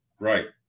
Right